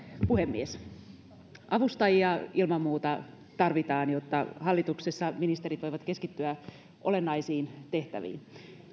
puhemies avustajia ilman muuta tarvitaan jotta hallituksessa ministerit voivat keskittyä olennaisiin tehtäviin